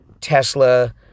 Tesla